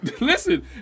listen